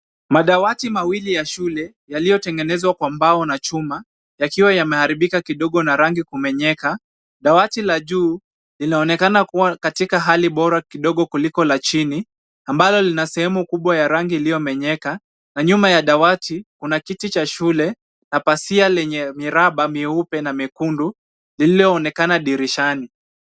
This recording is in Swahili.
Madawati mawili ya shule yaliyotengenezwa kwa mbao na chuma yakiwa yameharibika kidogo na rangi kumenyeka. Dawati la juu linaonekana kuwa katika hali bora kidogo kuliko la chini ambalo lina sehemu kubwa ya rangi iliyomenyeka na nyuma ya dawati kuna kiti cha shule na pazia lenye miraba meupe na mekundu lililoonekana dirishani.